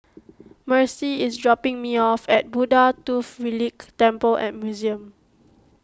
Mercy is dropping me off at Buddha Tooth Relic Temple and Museum